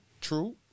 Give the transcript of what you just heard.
true